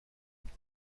کنی